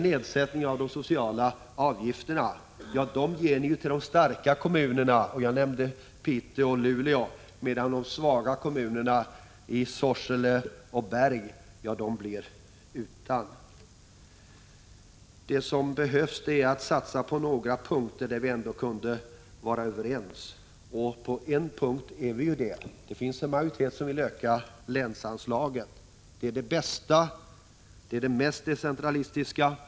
Nedsättningen av de sociala avgifterna låter ni ju komma de starka kommunerna till del — jag nämnde Piteå och Luleå — medan de svaga kommunerna, som t.ex. Sorsele och Berg, blir utan. Vad som behövs är att satsa på åtgärder, nya och beprövade. På en punkt är vi ju överens. Det finns nämligen majoritet för en ökning av länsanslaget. Det är det bästa och mest decentralistiska stödet.